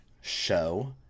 show